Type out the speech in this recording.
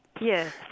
Yes